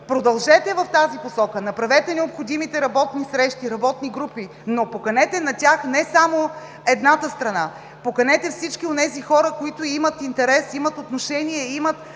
продължете в тази посока, направете необходимите работни срещи, работни групи, но поканете на тях не само едната страна. Поканете всички онези хора, които имат интерес, имат отношение, имат